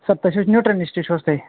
سَر تُہۍ چھُو حظ نیوٗٹَرٛنشٹہٕ چھُ حظ تُہۍ